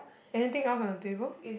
anything else on the table